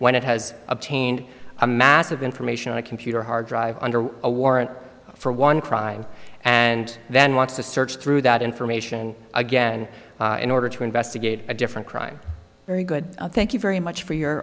when it has obtained a mass of information on a computer hard drive under a warrant for one crime and then wants to search through that information again in order to investigate a different crime very good thank you very much for your